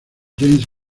james